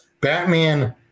Batman